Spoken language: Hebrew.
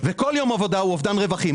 וכל יום עבודה הוא אובדן רווחים.